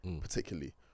particularly